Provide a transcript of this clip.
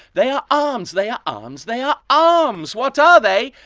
they are arms. they are arms. they are arms. what are they?